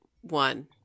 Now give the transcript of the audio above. one